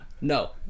No